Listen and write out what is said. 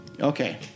Okay